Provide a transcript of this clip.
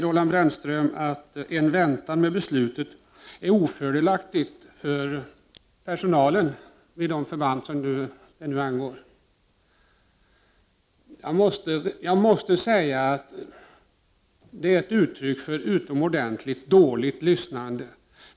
Roland Brännström säger att en väntan med beslutet är ofördelaktig för personalen vid de förband som det angår. Jag måste säga att det är ett uttryck för utomordentligt dåligt lyssnande.